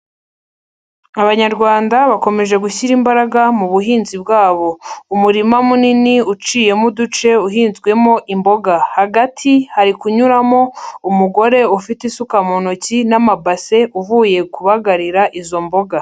Abanyarwanda bakomeje gushyira imbaraga mu buhinzi bwabo. Umurima munini uciyemo uduce uhinzwemo imboga. Hagati hari kunyuramo umugore ufite isuka mu ntoki n'amabase, uvuye kubagarira izo mboga.